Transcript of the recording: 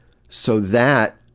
so that,